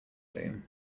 loom